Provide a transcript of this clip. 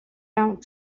dont